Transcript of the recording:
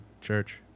church